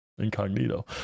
incognito